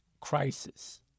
crisis